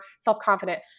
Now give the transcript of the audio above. self-confident